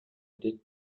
did